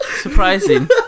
surprising